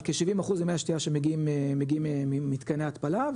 כ-70% מהשתייה שמגיעים מתקני התפלה,